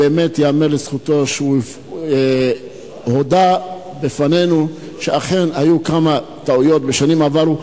ייאמר לזכותו שהוא הודה בפנינו שאכן היו כמה טעויות בשנים עברו.